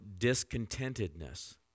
discontentedness